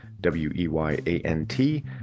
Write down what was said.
W-E-Y-A-N-T